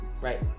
right